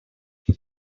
now